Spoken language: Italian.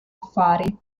affari